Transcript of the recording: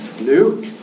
Luke